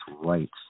rights